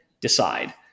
decide